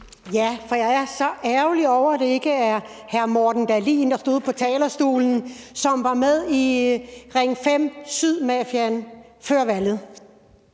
(DF): Jeg er så ærgerlig over, at det ikke er hr. Morten Dahlin, som var med i Ring 5 syd-mafiaen før valget,